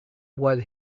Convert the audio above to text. what